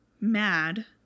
mad